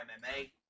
MMA